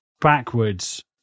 backwards